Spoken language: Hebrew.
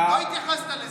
לא התייחסת לזה.